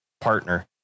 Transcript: partner